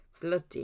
bloody